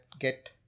get